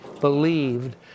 believed